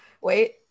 wait